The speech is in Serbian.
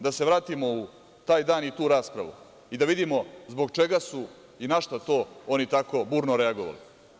Da se vratimo u taj dan i tu raspravu i da vidimo zbog čega su i na šta to oni tako burno reagovali.